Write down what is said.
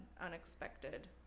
unexpected